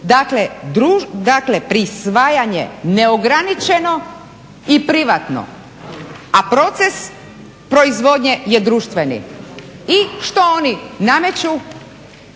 Dakle, prisvajanje neograničeno i privatno, a proces proizvodnje je društveni. I što oni nameću?